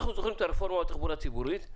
אנחנו זוכרים את הרפורמה בתחבורה הציבורית.